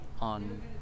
on